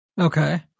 Okay